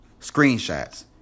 screenshots